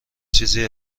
چیزی